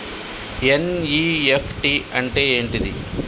NEFT అంటే ఏంటిది?